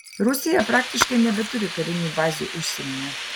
rusija praktiškai nebeturi karinių bazių užsienyje